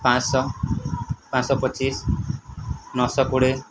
ପାଞ୍ଚ ଶହ ପାଞ୍ଚ ଶହ ପଚିଶ ନଅ ଶହ କୋଡ଼ିଏ